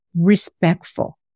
Respectful